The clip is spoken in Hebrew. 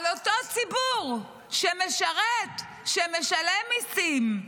על אותו ציבור שמשרת, שמשלם מיסים,